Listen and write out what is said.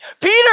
Peter